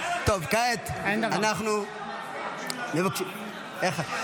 תעבור להצבעה כבר.